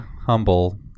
humble